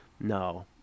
No